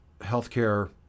healthcare